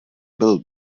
byl